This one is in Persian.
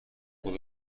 خود